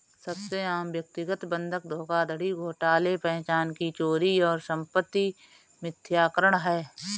सबसे आम व्यक्तिगत बंधक धोखाधड़ी घोटाले पहचान की चोरी और संपत्ति मिथ्याकरण है